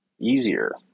easier